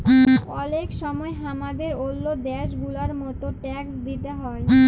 অলেক সময় হামাদের ওল্ল দ্যাশ গুলার মত ট্যাক্স দিতে হ্যয়